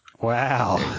Wow